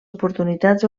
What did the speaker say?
oportunitats